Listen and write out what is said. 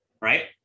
Right